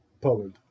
Poland